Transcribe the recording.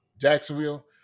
Jacksonville